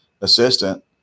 assistant